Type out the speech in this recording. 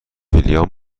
ویلیام